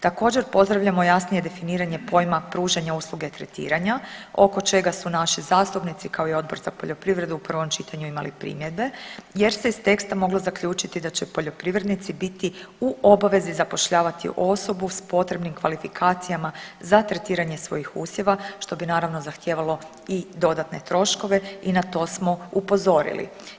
Također pozdravljamo jasnije definiranje pojma pružanja usluge tretiranja oko čega su naši zastupnici kao i Odbor za poljoprivredu u prvom čitanju imali primjedbe jer se iz teksta moglo zaključiti da će poljoprivrednici biti u obavezi zapošljavati osobu s potrebnim kvalifikacijama za tretiranje svojih usjeva što bi naravno zahtijevalo i dodatne troškove i na to smo upozorili.